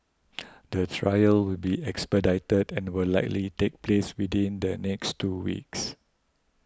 the trial will be expedited and will likely take place within the next two weeks